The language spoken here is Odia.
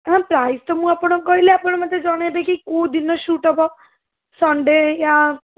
ହଁ ପ୍ରାଇସ୍ ତ ମୁଁ ଆପଣଙ୍କୁ କହିଲି ଆପଣ ମୋତେ ଜଣାଇବେ କି କେଉଁ ଦିନ ସୁଟ୍ ହବ ସନ୍ ଡେ ୟା